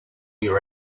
your